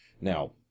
Now